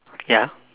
ya